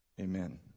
Amen